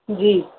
जी